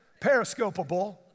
Periscopable